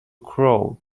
crawl